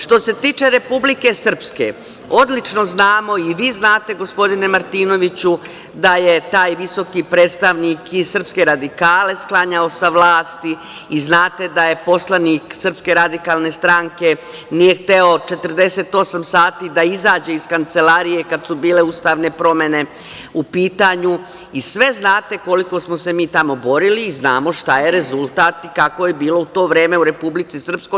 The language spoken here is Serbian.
Što se tiče Republike Srpske, odlično znamo, i vi znate, gospodine Martinoviću, da je taj visoki predstavnik i srpske radikale sklanjao sa vlasti i znate da poslanik SRS nije hteo 48 sati da izađe iz kancelarije kada su bile ustavne promene u pitanju i znate koliko smo se mi tamo borili i znamo šta je rezultat i kako je bilo u to vreme u Republici Srpskoj.